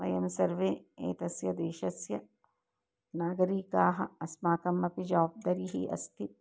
वयं सर्वे एतस्य देशस्य नागरिकाः अस्माकमपि जवब्दरिः अस्ति